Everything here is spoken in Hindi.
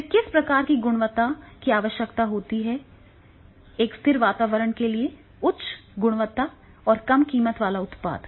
फिर किस प्रकार की गुणवत्ता की आवश्यकता होती है एक स्थिर वातावरण के लिए उच्च गुणवत्ता और कम कीमत वाला उत्पाद